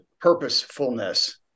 purposefulness